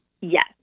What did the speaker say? Yes